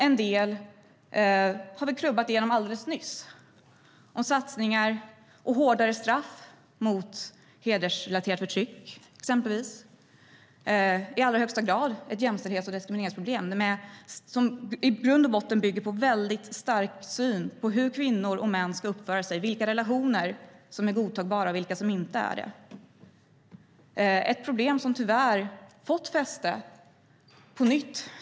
En del har vi klubbat igenom alldeles nyss, exempelvis satsningar på hårdare straff för hedersrelaterat förtryck. Det är i allra högsta grad ett jämställdhets och diskrimineringsproblem som i grund och botten bygger på en väldigt stark syn på hur kvinnor och män ska uppföra sig och vilka relationer som är godtagbara och vilka som inte är det. Detta är ett problem som tyvärr har fått fäste på nytt.